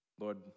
Lord